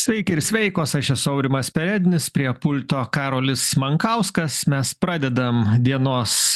sveiki ir sveikos aš esu aurimas perednis prie pulto karolis mankauskas mes pradedam dienos